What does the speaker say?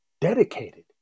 dedicated